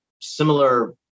similar